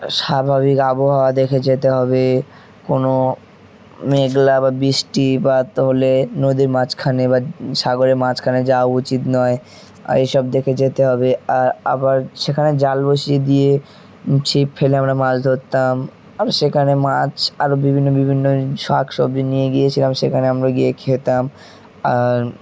স্বাভাবিক আবহাওয়া দেখে যেতে হবে কোনো মেঘলা বা বৃষ্টি বা তাহলে নদীর মাঝখানে বা সাগরের মাঝখানে যাওয়া উচিত নয় এইসব দেখে যেতে হবে আর আবার সেখানে জাল বসিয়ে দিয়ে ছিপ ফেলে আমরা মাছ ধরতাম আর সেখানে মাছ আরও বিভিন্ন বিভিন্ন শাক সবজি নিয়ে গিয়েছিলাম সেখানে আমরা গিয়ে খেতাম আর